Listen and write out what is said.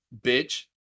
bitch